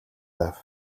байв